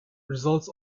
results